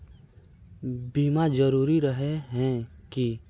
बीमा जरूरी रहे है की?